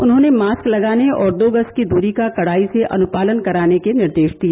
उन्हॉने मास्क लगाने और दो गर्ज की दूरी का कड़ाई से अनुपालन कराने के निर्देश दिए